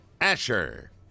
Asher